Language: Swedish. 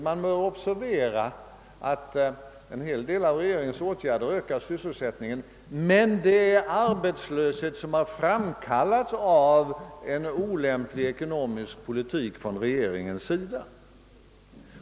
Man bör observera att en hel del av regeringens åtgärder visserligen ökar sysselsättningen men att arbetslösheten har framkallats av en olämplig ekonomisk politik från regeringens sida.